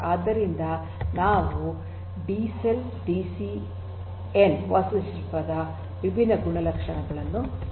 ಆದ್ದರಿಂದ ಇವು ಡಿಸೆಲ್ ಡಿ ಸಿ ಏನ್ ವಾಸ್ತುಶಿಲ್ಪದ ವಿಭಿನ್ನ ಗುಣಲಕ್ಷಣಗಳಾಗಿವೆ